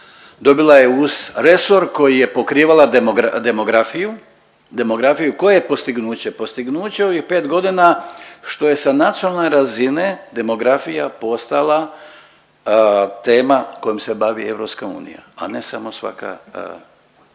dobila je uz resor koji je pokrivala demografiju, demografiju. Koje je postignuće? Postignuće je u ovih 5.g. što je sa nacionalne razine demografija postala tema kojom se bavi EU, a ne samo svaka